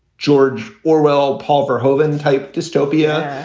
george orwell, paul verhoeven type dystopia.